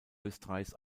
österreichs